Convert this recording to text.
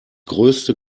größte